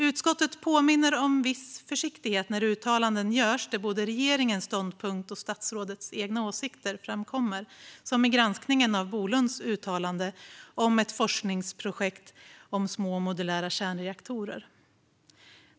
Utskottet påminner om viss försiktighet när uttalanden görs där både regeringens ståndpunkt och statsrådets egna åsikter framkommer, som i granskningen av Bolunds uttalande om ett forskningsprojekt om små och modulära kärnreaktorer.